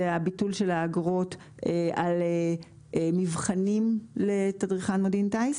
זה הביטול של האגרות על מבחנים עיוניים ומעשיים לתדריכן מודיעין טיס.